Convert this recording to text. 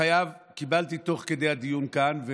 קיבלתי תוך כדי הדיון כאן,